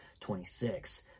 26